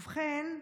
ובכן,